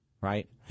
right